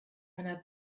einer